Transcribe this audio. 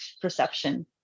perception